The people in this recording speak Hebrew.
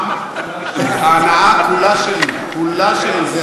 ההנאה כולה שלי,